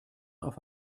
auf